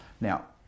Now